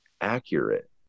accurate